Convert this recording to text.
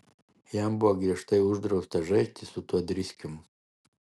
jam buvo griežtai uždrausta žaisti su tuo driskium